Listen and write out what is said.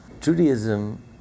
Judaism